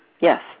Yes